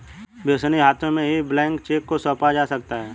विश्वसनीय हाथों में ही ब्लैंक चेक को सौंपा जा सकता है